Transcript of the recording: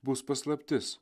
bus paslaptis